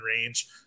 range